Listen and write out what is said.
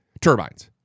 turbines